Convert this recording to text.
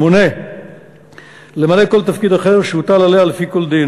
8. למלא כל תפקיד אחר שהוטל עליה לפי כל דין.